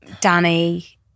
Danny